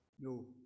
no